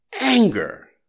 anger